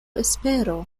espero